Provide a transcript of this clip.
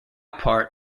part